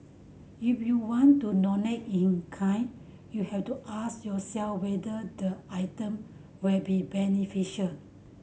if you want to donate in kind you have to ask yourself whether the item will be beneficial